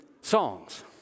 songs